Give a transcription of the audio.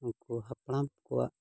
ᱩᱱᱠᱩ ᱦᱟᱯᱲᱟᱢ ᱠᱚᱣᱟᱜ